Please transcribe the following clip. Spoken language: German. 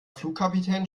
flugkapitän